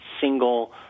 single